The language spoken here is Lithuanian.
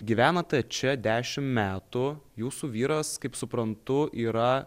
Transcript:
gyvenote čia dešim metų jūsų vyras kaip suprantu yra